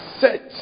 set